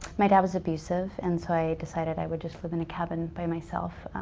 my dad was abusive and so i decided i would just live in a cabin by myself.